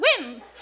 wins